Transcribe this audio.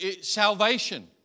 salvation